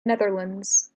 netherlands